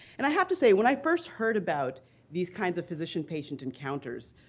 and i have to say when i first heard about these kinds of physician patient encounters,